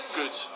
good